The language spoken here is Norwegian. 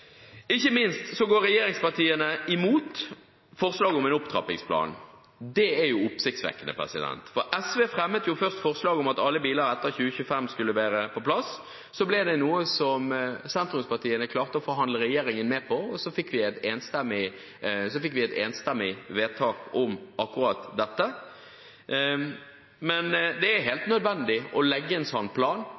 Ikke minst går regjeringspartiene imot forslaget om en opptrappingsplan. Det er oppsiktsvekkende, for SV fremmet først forslaget om at alle biler etter 2025 skulle være på plass. Så ble det noe som sentrumspartiene klarte å forhandle regjeringen med på, og så fikk vi et enstemmig vedtak om akkurat dette. Men det er helt nødvendig å legge en sånn plan,